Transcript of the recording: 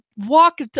walk